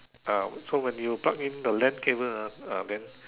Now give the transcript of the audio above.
ah so when you pluck in the land cable ah then